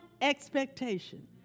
expectation